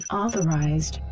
authorized